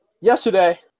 yesterday